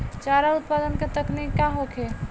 चारा उत्पादन के तकनीक का होखे?